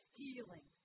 healing